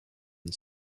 and